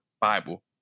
bible